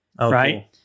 right